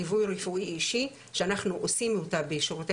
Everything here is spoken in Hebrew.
ליווי רפואי אישי שאנחנו עושים אותה בשירותי